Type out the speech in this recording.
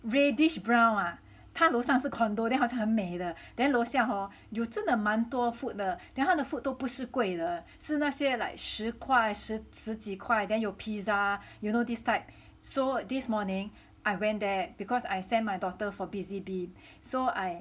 reddish brown ah 他楼上是 condo then 好像很美的 then 楼下 hor 有真的蛮多 food 的 then 他的 food 都不是贵的是那些 like 十块十十几块 then 有 pizza you know this type so this morning I went there because I send my daughter for Busy Bee so I